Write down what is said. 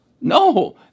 No